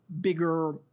bigger